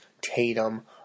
Tatum